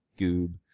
goob